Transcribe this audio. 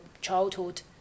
childhood